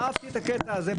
אהבתי את הקטע הזה,